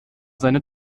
seine